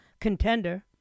contender